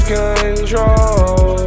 control